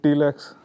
lakhs